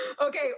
Okay